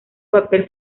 papel